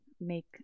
make